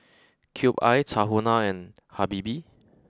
Cube I Tahuna and Habibie